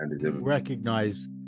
recognize